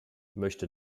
möchte